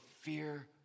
fear